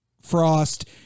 Frost